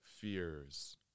fears